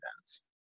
events